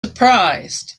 surprised